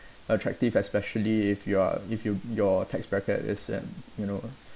attractive especially if you are if you your tax bracket is in you know